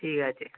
ঠিক আছে